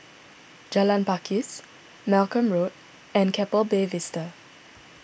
Jalan Pakis Malcolm Road and Keppel Bay Vista